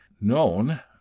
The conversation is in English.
known